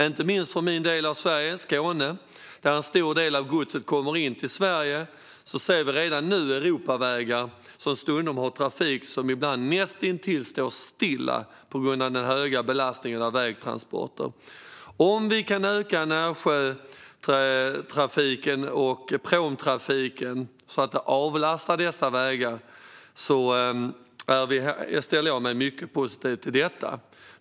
Inte minst i min del av Sverige, Skåne, där en stor del av godset kommer in till Sverige, ser vi redan nu Europavägar där trafiken stundom står näst intill stilla på grund av den höga belastningen av vägtransporter. Om vi kan öka närsjötrafiken och pråmtrafiken så att det avlastar dessa vägar ställer jag mig mycket positiv till det.